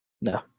No